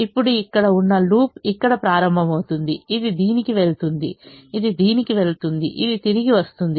ఇప్పుడు ఇక్కడ ఉన్న లూప్ ఇక్కడ ప్రారంభమవుతుంది ఇది దీనికి వెళుతుంది ఇది దీనికి వెళుతుంది ఇది తిరిగి వస్తుంది